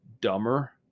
dumber